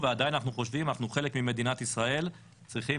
ועדיין אנחנו חושבים שאנחנו חלק ממדינת ישראל וצריכים